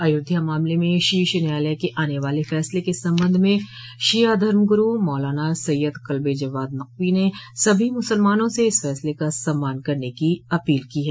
अयोध्या मामले में शीर्ष न्यायालय के आने वाले फैसले के संबंध में शिया धर्म गुरू मौलाना सैय्यद कलबे जवाद नकवी ने सभी मुसलमानों से इस फैसले का सम्मान करने की अपील को है